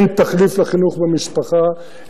אין תחליף לחינוך במשפחה,